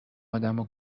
آدمو